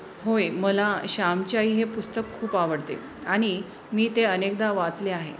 होय मला श्यामची आई हे पुस्तक खूप आवडते आणि मी ते अनेकदा वाचले आहे